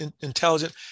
intelligent